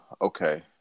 okay